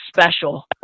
special